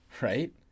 Right